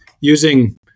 using